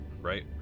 Right